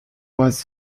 was